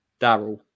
Daryl